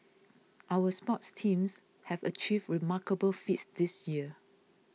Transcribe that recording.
our sports teams have achieved remarkable feats this year